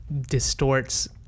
distorts